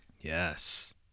Yes